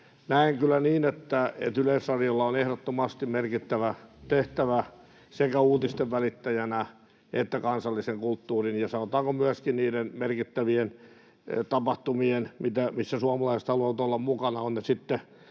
Näen kyllä niin, että Yleisradiolla on ehdottomasti merkittävä tehtävä sekä uutisten välittäjänä että kansallisen kulttuurin ja, sanotaanko, myöskin niiden merkittävien tapahtumien edustajana, missä suomalaiset haluavat olla mukana